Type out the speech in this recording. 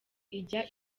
ijya